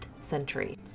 century